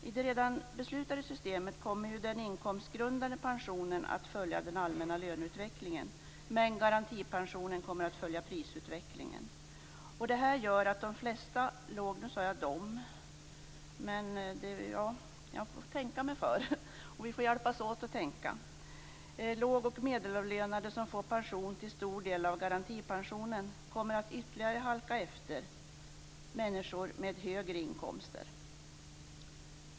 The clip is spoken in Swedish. I det redan beslutade systemet kommer den inkomstgrundade pensionen att följa den allmänna löneutvecklingen, medan garantipensionen kommer att följa prisutvecklingen. Detta gör att de flesta låg och medelavlönade som får pension till stor del av garantipensionen kommer att halka efter människor med högre inkomster ytterligare. Nu sade jag "de lågavlönade". Jag får tänka mig för. Vi får hjälpas åt att tänka.